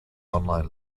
online